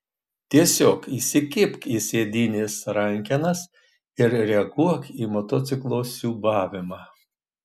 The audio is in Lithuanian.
tiesiog įsikibk į sėdynės rankenas ir reaguok į motociklo siūbavimą